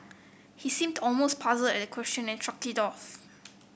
he seemed almost puzzled at the question and shrugged it off